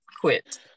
quit